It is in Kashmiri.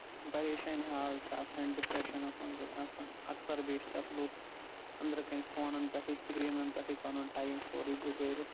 پریشانہِ حال چھُ آسان ڈپریٚشَنس منٛز چھُ آسان اکثر بیشتر لُکھ أنٛدرٕ کٔنۍ فونن پٮ۪ٹھٕے سِکرینن پٮ۪ٹھٕے پَنُن ٹایم سورٕے گُزٲرتھ